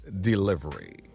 delivery